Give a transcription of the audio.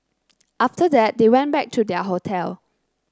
after that they went back to their hotel